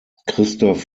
christoph